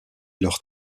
leurs